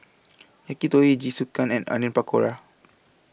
Yakitori Jingisukan and Onion Pakora